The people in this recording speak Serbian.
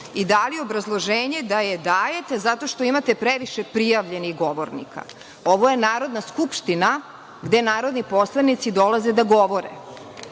i dali obrazloženje da je dajete zato što imate previše prijavljenih govornika. Ovo je Narodna skupština gde narodni poslanici dolaze da govore